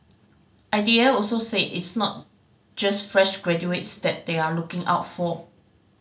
I D A also said it's not just fresh graduates that they are looking out for